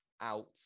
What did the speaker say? out